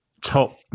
top